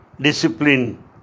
discipline